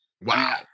Wow